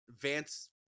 vance